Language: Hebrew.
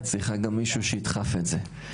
את צריכה גם מישהו שיידחף את זה.